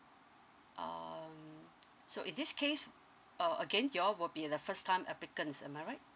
um so in this case uh again you all will be the first time applicants am I right